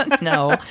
no